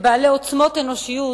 כבעלי עוצמות אנושיות,